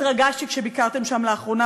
התרגשתי כשביקרתם שם לאחרונה,